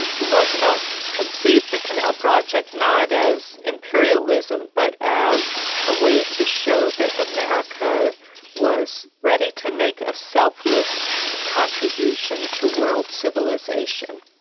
roosevelt conceived the canal project not as imperialism but as a way to show that america was ready to make a selfless contribution to world civilisation.